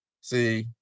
see